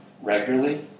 regularly